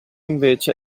invece